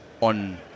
on